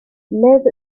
lev